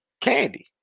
candy